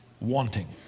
wanting